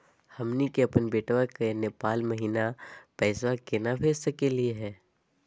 हमनी के अपन बेटवा क नेपाल महिना पैसवा केना भेज सकली हे?